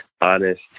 honest